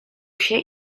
się